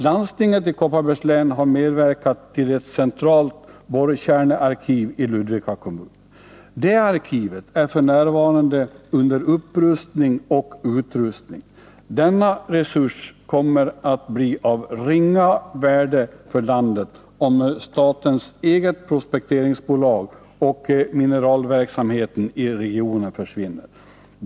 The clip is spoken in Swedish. Landstinget i Kopparbergs län har medverkat till ett centralt borrkärnarkiv i Ludvika kommun. Det arkivet är f. n. under upprustning och utrustning. Denna resurs kommer att bli av ringa värde för landet om statens eget prospekteringsbolag och mineralverksamheten i regionen försvinner.